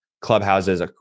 clubhouses